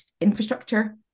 infrastructure